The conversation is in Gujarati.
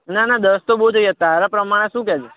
નાના દસ તો બહુ થઈ ગયા તારા પ્રમાણે શું કહે છે